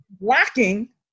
blocking